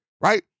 right